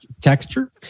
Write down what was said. texture